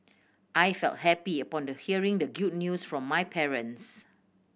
I felt happy upon the hearing the good news from my parents